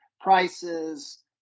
prices